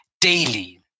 daily